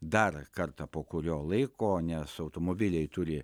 dar kartą po kurio laiko nes automobiliai turi